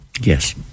yes